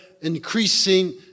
increasing